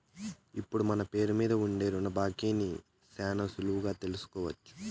ఇప్పుడు మన పేరు మీద ఉండే రుణ బాకీని శానా సులువుగా తెలుసుకోవచ్చు